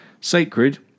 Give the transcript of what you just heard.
sacred